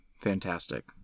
Fantastic